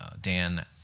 Dan